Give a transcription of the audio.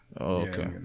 Okay